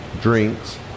drinks